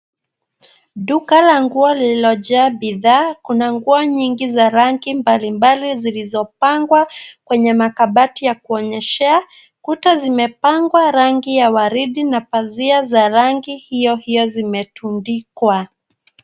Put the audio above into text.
Duka la nguo lililojaa bidhaa, kunangua nyingi za rangi mbalimbali zilizopangwa kwenye makabati ya kuonyeshea. Kuta zimepakwa rangi ya waridi na pazia za rangi hiyo hiyo zimetundikwa.